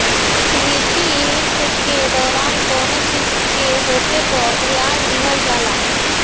liquidity risk के दौरान कौनो चीज के होखे पर ध्यान दिहल जाला